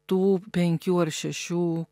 tų penkių ar šešių